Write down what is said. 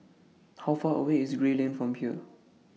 How Far away IS Gray Lane from here